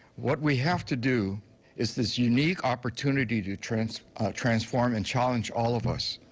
what we have to do is this unique opportunity to transf transf orm and challenge all of us.